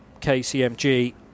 KCMG